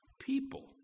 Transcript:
people